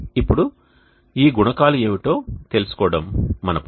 ఇప్పుడు ఈ గుణకాలు ఏమిటో తెలుసుకోవడం మన పని